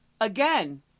Again